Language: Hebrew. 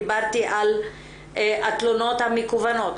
דיברתי על התלונות המקוונות.